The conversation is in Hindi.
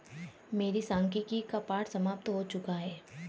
मेरे सांख्यिकी का पाठ समाप्त हो चुका है